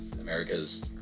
America's